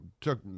took